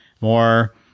more